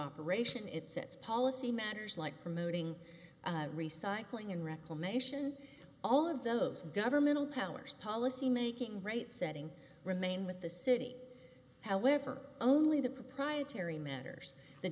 operation its policy matters like promoting recycling and reclamation all of those governmental powers policymaking right setting remain with the city however only the proprietary matters the